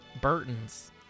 burton's